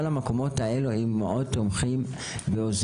כל המקומות האלה היו מאוד תומכים ועוזרים.